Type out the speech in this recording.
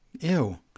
Ew